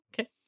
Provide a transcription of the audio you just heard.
Okay